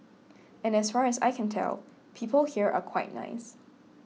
and as far as I can tell people here are quite nice